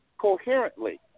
coherently